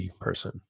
person